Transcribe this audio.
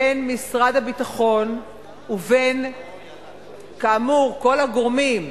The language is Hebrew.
בין משרד הביטחון ובין כל הגורמים.